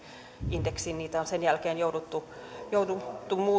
indeksiin niitä on sen jälkeen jouduttu jouduttu